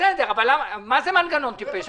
מה זה "מנגנון טיפש"?